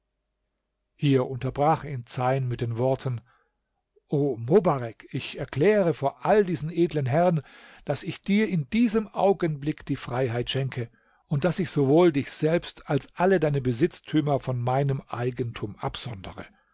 hier unterbrach ihn zeyn mit den worten o mobarek ich erkläre vor all diesen edlen herren daß ich dir in diesem augenblick die freiheit schenke und daß ich sowohl dich selbst als alle deine besitztümer von meinem eigentum absondere